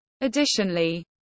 Additionally